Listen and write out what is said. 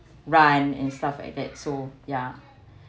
run and stuff like that so ya